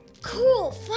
Cool